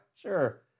sure